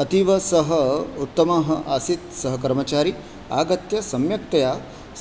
अतीव सः उत्तमः आसीत् सः कर्मचारी आगत्य सम्यक्तया